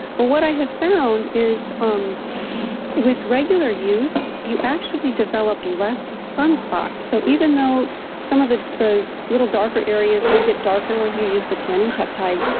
but what i have found is um with regular use, use, you actually develop less sunspots, so even though some of the the little darker areas will get darker when you use the tanning peptide.